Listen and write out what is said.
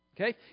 Okay